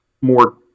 more